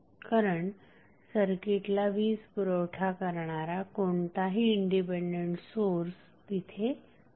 कारण सर्किटला वीज पुरवठा करणारा कोणताही इंडिपेंडेंट सोर्स तिथे नाही